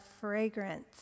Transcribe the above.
fragrance